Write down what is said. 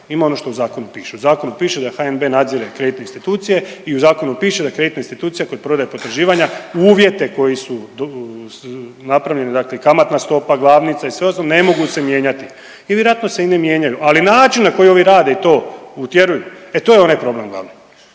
Ima ono što u zakonu piše. U zakonu piše da HNB nadzire kreditne institucije i u zakonu piše da kreditna institucija kod prodaje potraživanja uvjeti koji su napravljeni dakle i kamatna stopa, glavnica i sve ostalo ne mogu se mijenjati. I vjerojatno se i ne mijenjaju, ali način na koji ovi rade i to utjeruju e to je onaj problem glavni.